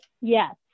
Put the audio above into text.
Yes